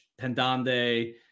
Pendande